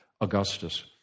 Augustus